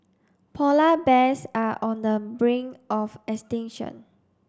polar bears are on the brink of extinction